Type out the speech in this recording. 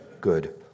good